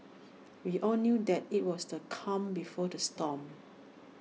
we all knew that IT was the calm before the storm